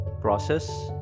process